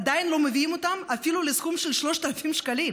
עדיין לא מביאים אותם אפילו לסכום של 3,000 שקל.